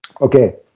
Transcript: Okay